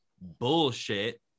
bullshit